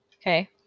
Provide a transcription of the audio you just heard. Okay